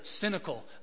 cynical